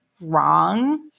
wrong